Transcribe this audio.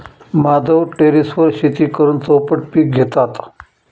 माधव टेरेसवर शेती करून चौपट पीक घेतात